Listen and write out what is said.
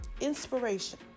Inspiration